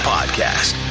Podcast